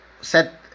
set